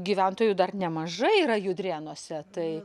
gyventojų dar nemažai yra judrėnuose tai